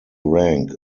rank